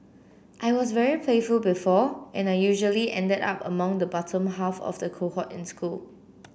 I was very playful before and I usually ended up among the bottom half of the cohort in school